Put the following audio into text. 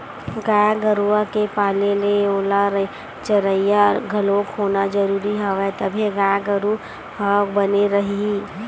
गाय गरुवा के पाले ले ओला चरइया घलोक होना जरुरी हवय तभे गाय गरु ह बने रइही